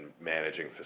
managing